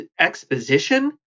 exposition